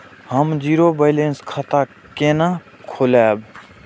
हम zero balance खाता केना खोलाब?